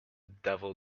devil